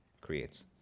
creates